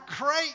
great